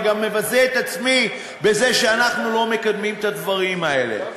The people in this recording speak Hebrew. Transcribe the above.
גם אני מבזה את עצמי בזה שאנחנו לא מקדמים את הדברים האלה.